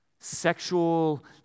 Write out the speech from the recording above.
sexual